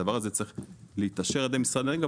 הדבר הזה צריך להתאפשר על ידי משרד האנרגיה,